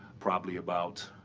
probably about